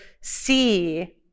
see